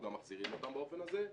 עכשיו אנחנו גם מחזירים אותם באופן הזה.